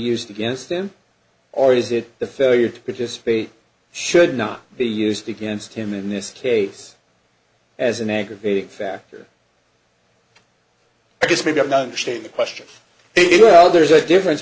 used against him or is that the failure to participate should not be used against him in this case as an aggravating factor i guess maybe not understand the question it well there's a difference